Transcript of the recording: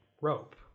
rope